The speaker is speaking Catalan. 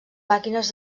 màquines